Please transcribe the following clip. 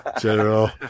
general